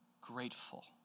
grateful